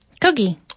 Cookie